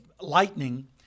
lightning